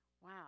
Wow